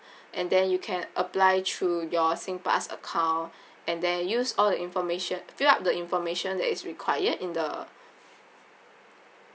and then you can apply through your singpass account and then use all the information fill up the information that is required in the